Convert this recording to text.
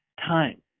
time